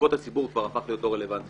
ישפוט הציבור כבר הפך להיות לא רלוונטי.